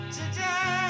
today